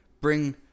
bring